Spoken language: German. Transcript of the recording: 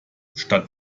statt